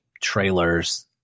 trailers